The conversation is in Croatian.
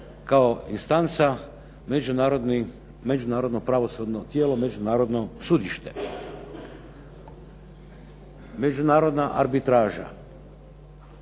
kao instanca međunarodno pravosudno tijelo, međunarodno sudište, međunarodna arbitraža.